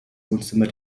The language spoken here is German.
wohnzimmer